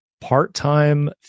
part-time